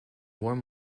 warm